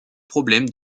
problèmes